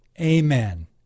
Amen